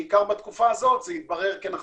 בעיקר בתקופה הזאת זה יתברר כנכון.